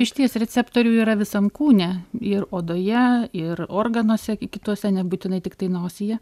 išties receptorių yra visam kūne ir odoje ir organuose kituose nebūtinai tiktai nosyje